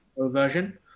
version